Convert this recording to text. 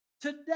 today